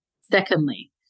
Secondly